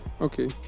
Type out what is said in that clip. Okay